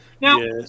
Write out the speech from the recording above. Now